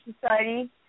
Society